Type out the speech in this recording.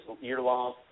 year-long